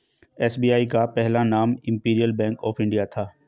SBI का पहला नाम इम्पीरीअल बैंक ऑफ इंडिया था